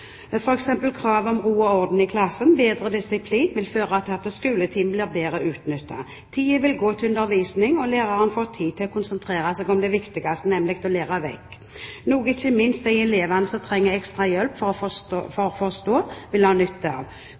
vil krav om ro og orden i klassen og bedre disiplin føre til at skoletimen blir bedre utnyttet. Tiden vil gå til undervisning, og læreren får tid til å konsentrere seg om det viktigste, nemlig å lære vekk, noe ikke minst de elevene som trenger ekstra hjelp for å forstå, vil ha nytte av.